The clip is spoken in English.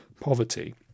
poverty